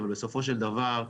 אבל בסופו של דבר,